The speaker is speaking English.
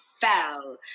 fell